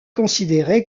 considéré